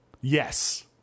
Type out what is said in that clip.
Yes